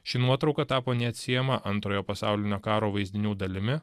ši nuotrauka tapo neatsiejama antrojo pasaulinio karo vaizdinių dalimi